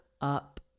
up